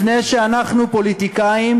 לפני שאנחנו פוליטיקאים,